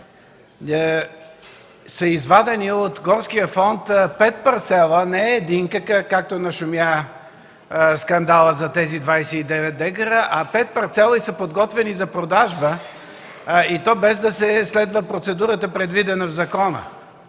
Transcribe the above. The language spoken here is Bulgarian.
са извадени от горския фонд пет парцела – не един, както нашумя скандалът за тези 29 декара, а 5 парцела, и са подготвени за продажба, и то без да се следва процедурата, предвидена в закона.